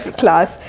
class